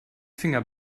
finger